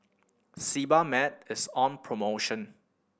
Sebamed is on promotion